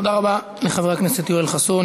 תודה רבה, חבר הכנסת יואל חסון.